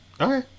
Okay